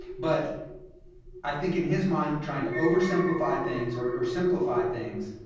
but i think in his mind, trying to oversimplify things, or or simplify things,